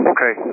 Okay